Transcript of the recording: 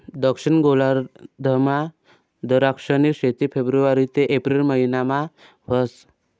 दक्षिण गोलार्धमा दराक्षनी शेती फेब्रुवारी ते एप्रिल महिनामा व्हस